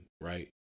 Right